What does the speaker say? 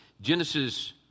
Genesis